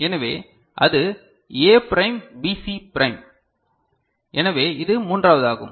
எனவே அது A prime BC prime எனவே இது மூன்றாவது ஆகும்